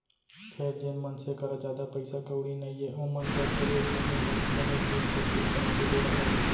फेर जेन मनसे करा जादा पइसा कउड़ी नइये ओमन बर तो ए समे हर बनेच दुख तकलीफ पाए के बेरा अय